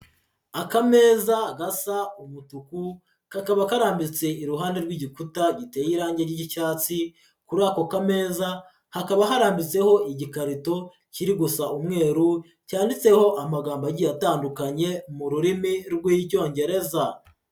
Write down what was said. Akameza gasa umutuku, kakaba karambitse iruhande rw'igikuta giteye irangi ry'icyatsi, kuri ako kameza hakaba harambitseho igikarito kiri gusa umweru, cyanditseho amagambo agiye atandukanye mu rurimi rw'icyongereza.